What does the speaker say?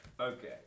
Okay